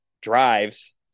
drives